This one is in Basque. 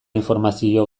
informazio